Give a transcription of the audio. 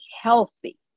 healthy